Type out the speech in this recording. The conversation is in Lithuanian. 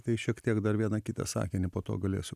tai šiek tiek dar vieną kitą sakinį po to galėsiu